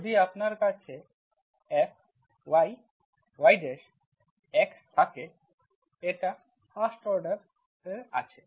যদি আপনার কাছে থাকে Fyyx0 এটা ফার্স্ট অর্ডারে আছে